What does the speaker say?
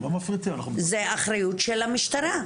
זו אחריות של המשטרה.